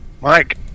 Mike